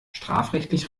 strafrechtlich